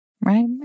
Right